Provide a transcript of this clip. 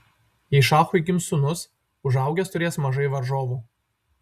jei šachui gims sūnus užaugęs turės mažai varžovų